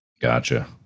Gotcha